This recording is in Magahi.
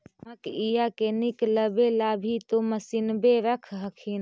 मकईया के निकलबे ला भी तो मसिनबे रख हखिन?